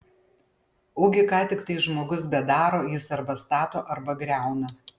ugi ką tiktai žmogus bedaro jis arba stato arba griauna